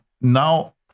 now